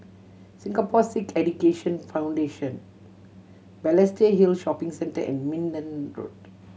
Singapore Sikh Education Foundation Balestier Hill Shopping Center and Minden Road